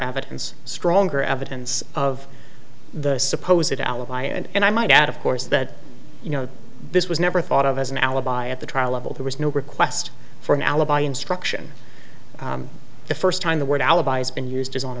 evidence stronger evidence of the suppose it alibi and i might add of course that you know this was never thought of as an alibi at the trial level there was no request for an alibi instruction the first time the word alibi is been used is on